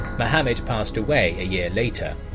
muhammad passed away a year later.